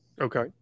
Okay